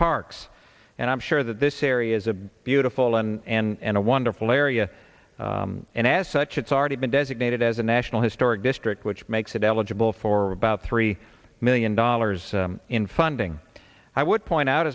parks and i'm sure that this area is a beautiful and and a wonderful area and as such it's already been designated as a national historic district which makes it eligible for about three million dollars in funding i would point out